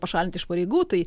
pašalint iš pareigų tai